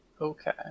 Okay